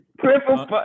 Triple